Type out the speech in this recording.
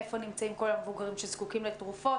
איפה נמצאים כל המבוגרים שזקוקים לתרופות.